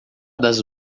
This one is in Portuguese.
das